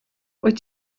wyt